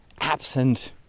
absent